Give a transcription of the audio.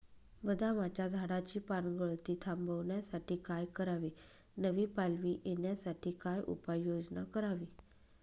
बदामाच्या झाडाची पानगळती थांबवण्यासाठी काय करावे? नवी पालवी येण्यासाठी काय उपाययोजना करावी?